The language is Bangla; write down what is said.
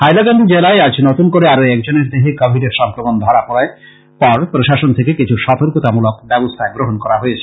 হাইলাকান্দি জেলায় আজ নতন করে আরো একজনের দেহে কোবিডের সংক্রমন ধরা পড়ার পর প্রশাসন থেকে কিছু সর্তকতামূলক ব্যবস্থা গ্রহন করা হয়েছে